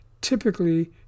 typically